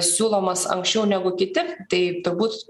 siūlomas anksčiau negu kiti tai turbūt